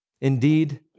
Indeed